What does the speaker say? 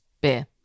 beer